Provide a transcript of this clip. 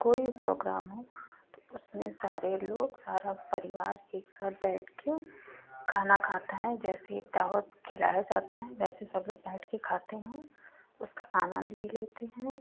कोई भी प्रोग्राम हो तो उसमें सारे लोग सारा परिवार एकसाथ बैठकर खाना खाता है जैसे एक दावत खिलाई जाती है वैसे सबलोग बैठकर खाते हैं उसका आनन्द भी लेते हैं